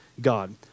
God